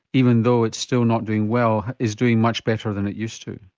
even though it's still not doing well, is doing much better than it used to.